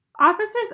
Officers